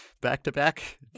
back-to-back